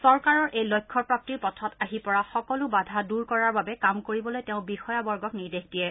চৰকাৰৰ এই লক্ষ্য প্ৰাপ্তিৰ পথত আহি পৰা সকলো বাধা দূৰ কৰাৰ বাবে কাম কৰিবলৈ তেওঁ বিষয়া বৰ্গক নিৰ্দেশ দিয়ে